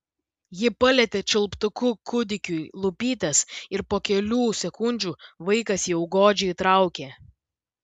ji palietė čiulptuku kūdikiui lūpytes ir po kelių sekundžių vaikas jau godžiai traukė